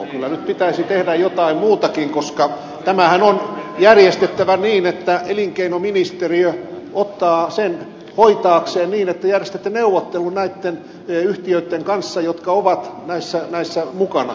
kyllä nyt pitäisi tehdä jotain muutakin koska tämähän on järjestettävä niin että elinkeinoministeriö ottaa sen hoitaakseen niin että järjestätte neuvottelun näitten yhtiöitten kanssa jotka ovat näissä mukana